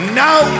now